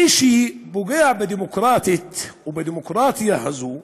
מי שפוגע ב"דמוקרטית", או בדמוקרטיה הזאת,